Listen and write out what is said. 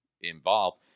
involved